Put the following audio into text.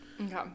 Okay